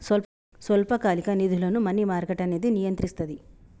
స్వల్పకాలిక నిధులను money market అనేది నియంత్రిస్తది